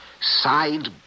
side